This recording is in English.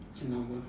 abnormal